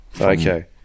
Okay